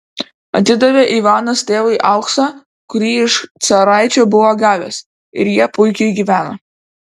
atidavė ivanas tėvui auksą kurį iš caraičio buvo gavęs ir jie puikiai gyveno